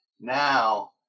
now